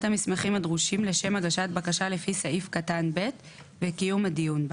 המסמכים הדרושים לשם הגשת בקשה לפי סעיף קטן (ב) וקיום הדיון בה.